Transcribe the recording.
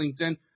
LinkedIn